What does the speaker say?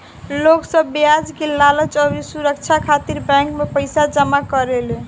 लोग सब ब्याज के लालच अउरी सुरछा खातिर बैंक मे पईसा जमा करेले